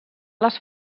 les